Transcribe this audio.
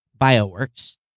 Bioworks